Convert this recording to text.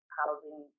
housing